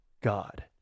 God